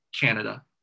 Canada